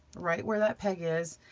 right where that peg is,